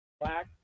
black